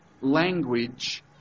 Language